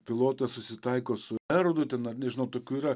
pilotas susitaiko su erodu ten ar nežinau tokių yra